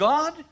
God